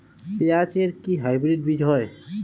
পেঁয়াজ এর কি হাইব্রিড বীজ হয়?